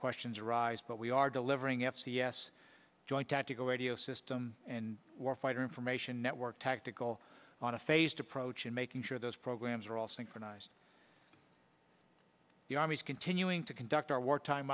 questions arise but we are delivering f c s joint tactical radio system and war fighter information network tactical on a phased approach and making sure those programs are all synchronized the army's continuing to conduct our wartime